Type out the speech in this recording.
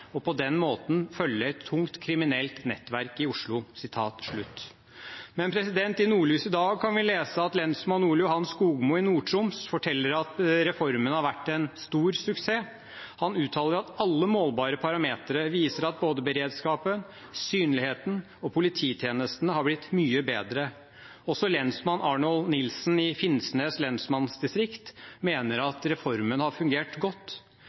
og på den måten følge et tungt kriminelt nettverk i Oslo.» I Nordlys i dag kan vi lese at lensmann Ole Johan Skogmo i Nord-Troms forteller at reformen har vært en stor suksess. Han uttaler at alle målbare parametere viser at både beredskapen, synligheten og polititjenestene har blitt mye bedre. Også lensmann Arnold Nilsen i Finnsnes lensmannsdistrikt mener at reformen har fungert godt.